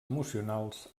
emocionals